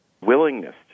willingness